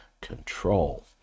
control